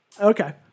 okay